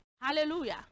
hallelujah